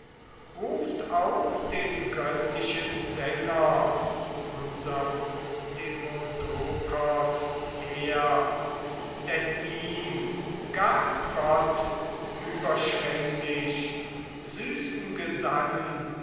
ruft auch den göttlichen sänger unsern demodokos her denn ihm gab gott überschwenglich süßen gesang